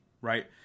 Right